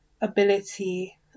ability